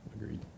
agreed